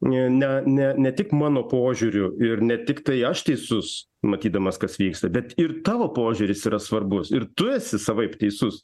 ne ne ne tik mano požiūriu ir ne tiktai aš teisus matydamas kas vyksta bet ir tavo požiūris yra svarbus ir tu esi savaip teisus